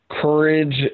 courage